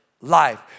life